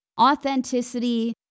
authenticity